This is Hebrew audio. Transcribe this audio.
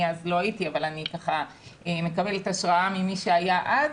אני אז לא הייתי אבל אני מקבלת השראה ממי שהיה אז.